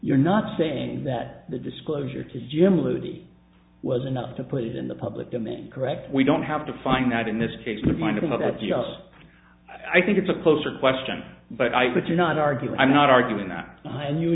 you're not saying that the disclosure to jim alluded was enough to put it in the public domain correct we don't have to find out in this case of mind about that just i think it's a closer question but i but you're not arguing i'm not arguing that